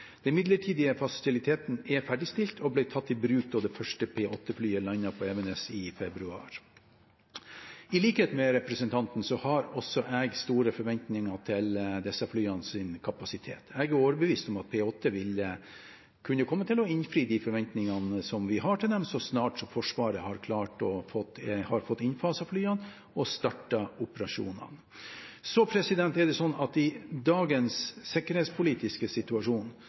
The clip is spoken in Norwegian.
Den midlertidige fasiliteten er ferdigstilt og ble tatt i bruk da det første P-8-flyet landet på Evenes i februar. I likhet med representanten har også jeg store forventninger til disse flyenes kapasitet. Jeg er overbevist om at P-8 vil kunne komme til å innfri de forventningene vi har til dem, så snart Forsvaret har fått innfaset flyene og startet operasjonene. Så det er det sånn at i dagens sikkerhetspolitiske situasjon